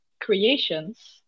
creations